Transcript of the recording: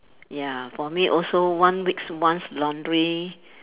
ya for me also one weeks once laundry